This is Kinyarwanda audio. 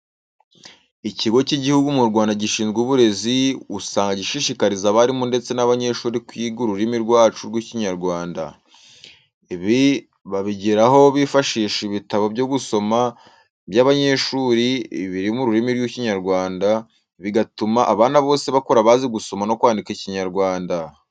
Ikigo cy'igihugu mu Rwanda gishinzwe uburezi usanga gishishikariza abarimu ndetse n'abanyeshuri kwiga ururimi rwacu rw'ikinyarwanda. Ibi babigeraho bifashisha ibitabo byo gusoma by'abanyeshuri biri mu rurimi rw'Ikinyarwanda bigatuma abana bose bakura bazi gusoma no kwandika ikinyarwanda.